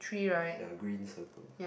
ya green circle